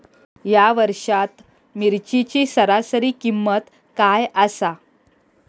या वर्षात मिरचीची सरासरी किंमत काय आसा?